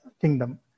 Kingdom